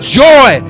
joy